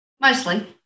Mostly